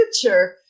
future